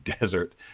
desert